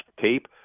tape